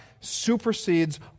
supersedes